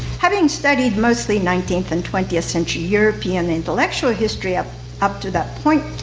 having studied mostly nineteenth and twentieth century european intellectual history up up to that point,